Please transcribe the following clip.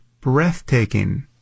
breathtaking